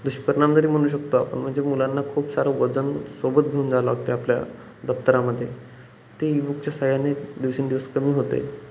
दुष्परिणाम जरी म्हणू शकतो आपण म्हणजे मुलांना खूप सारं वजन सोबत घेऊन जा लागते आपल्या दप्तरामध्ये ते ईबुकच्या सहाय्याने दिवसेंदिवस कमी होते